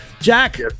Jack